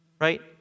right